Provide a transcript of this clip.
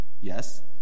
Yes